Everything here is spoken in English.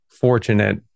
fortunate